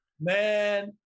Man